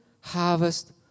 harvest